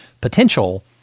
potential